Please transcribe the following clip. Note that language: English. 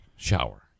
shower